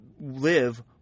Live